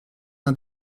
uns